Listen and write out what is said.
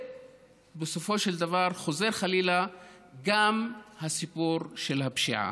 ובסופו של דבר חוזר גם הסיפור של הפשיעה,